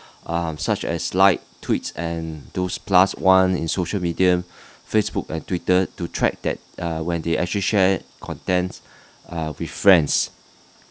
um such as like tweets and those plus one in social media facebook and twitter to track that uh when they actually share contents uh with friends